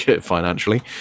financially